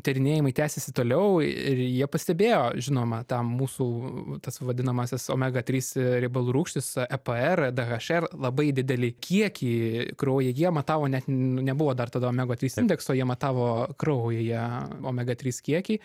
tyrinėjimai tęsėsi toliau ir jie pastebėjo žinoma tam mūsų tas vadinamasis omega trys riebalų rūgštys epr dhr labai didelį kiekį kraujyje jie matavo net nu nebuvo dar tada omega trys indekso jie matavo kraujyje omega trys kiekį